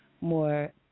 more